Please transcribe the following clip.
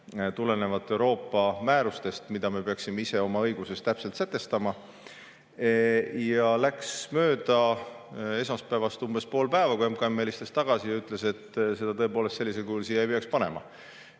tulenevalt Euroopa määrustest, mida me peaksime ise oma õiguses täpselt sätestama. Ja läks mööda esmaspäevast umbes pool päeva, kui MKM helistas tagasi ja ütles, et seda tõepoolest sellisel kujul siia ei peaks panema.